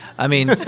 i mean.